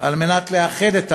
על מנת לאחד את העם,